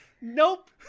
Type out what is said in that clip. Nope